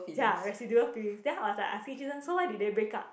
ya residual feeling then I was like asking jun sheng so why did they break up